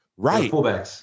Right